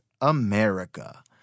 America